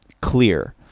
clear